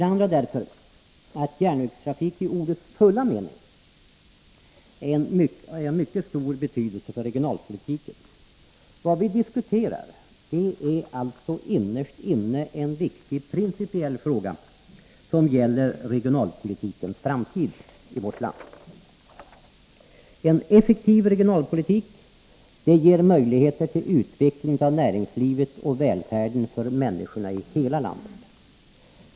Det andra skälet är att järnvägstrafik i ordets fulla mening är av mycket stor betydelse för regionalpolitiken. Vad vi diskuterar är alltså innerst inne en viktig principiell fråga som gäller regionalpolitikens framtid i vårt land. En effektiv regionalpolitik ger möjligheter till utveckling av näringslivet och välfärden för människorna i hela landet.